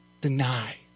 deny